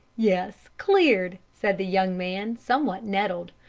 yes, cleared! said the young man, somewhat nettled.